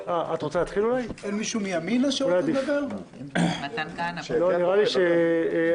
בטרם נתחיל בסבב הדוברים ניתן ליועצת המשפטית לתת את המסגרת.